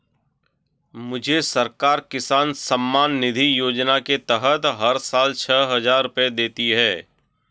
मुझे सरकार किसान सम्मान निधि योजना के तहत हर साल छह हज़ार रुपए देती है